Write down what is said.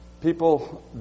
people